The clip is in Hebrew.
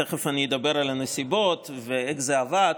תכף אני אדבר על הנסיבות ועל איך זה עבד,